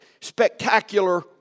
spectacular